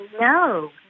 no